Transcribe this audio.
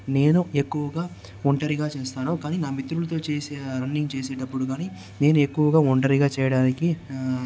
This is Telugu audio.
నేను ఎక్కువగా ఒంటరిగా చేస్తాను కానీ నా మిత్రులతో చేసే రన్నింగ్ చేసేటప్పుడు గాని నేను ఎక్కువగా ఒంటరిగా చేయడానికి